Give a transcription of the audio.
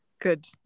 Good